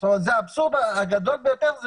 זאת אומרת, זה האבסורד הגדול ביותר.